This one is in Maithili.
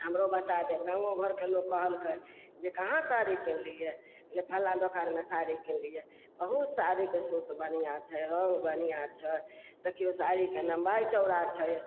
हमरो बता देब गामो घरके लोक कहलकै जे कहाँ साड़ी खरीदलियै कहलियै फलाँ दोकानमे साड़ी किनलियै बहुत साड़ीके सूत बढ़िआँ छै रङ्ग बढ़िआँ छै देखियौ साड़ीके लम्बाइ चौड़ा छै